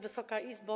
Wysoka Izbo!